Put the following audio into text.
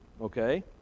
okay